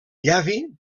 llavi